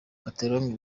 catalogne